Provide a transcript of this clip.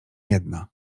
jedna